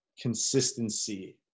consistency